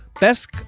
Best